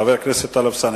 חבר הכנסת טלב אלסאנע,